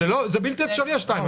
אנחנו אכזריים.